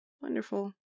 Wonderful